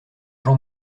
jean